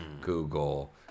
Google